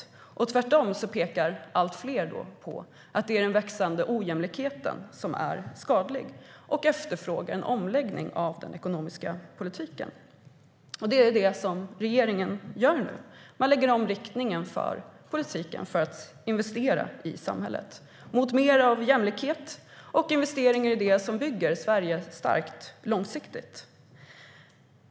Allt fler pekar nu på att det är den växande ojämlikheten som är skadlig. Man efterfrågar en omläggning av den ekonomiska politiken. Det är det som regeringen gör nu. De lägger om riktningen för politiken för att investera i samhället, mot mer av jämlikhet och i det som bygger Sverige starkt långsiktigt.